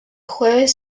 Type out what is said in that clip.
jueves